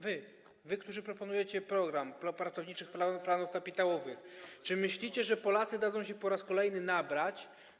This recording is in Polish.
Wy, którzy proponujecie program pracowniczych planów kapitałowych, czy myślicie, że Polacy dadzą się po raz kolejny nabrać?